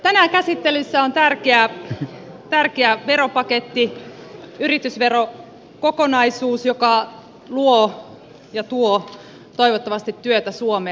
tänään käsittelyssä on tärkeä veropaketti yritysverokokonaisuus joka luo ja tuo toivottavasti työtä suomeen